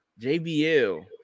JBL